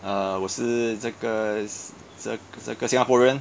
err 我是这个这这个 singaporean